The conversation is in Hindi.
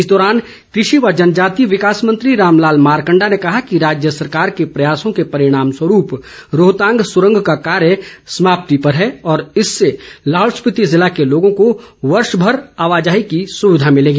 इस दौरान कृषि व जनजातीय विकास मंत्री रामलाल मारंकडा ने कहा कि राज्य सरकार के प्रयासों के परिणामस्वरूप रोहतांग सुरंग का कार्य समाप्ति पर है और इससे लाहौल स्पीति ज़िले के लोगों को वर्षभर आवाजाही की सुविधा भिलेगी